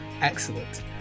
Excellent